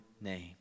name